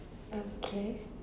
okay